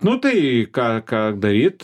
nu tai ką ką daryt